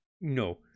no